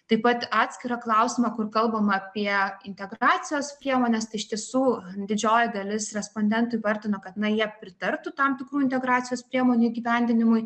taip pat atskirą klausimą kur kalbama apie integracijos priemones tai iš tiesų didžioji dalis respondentų įvardino kad na jie pritartų tam tikrų integracijos priemonių įgyvendinimui